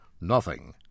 Nothing